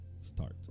Start